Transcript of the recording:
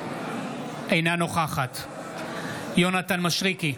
אינה נוכחת יונתן מישרקי,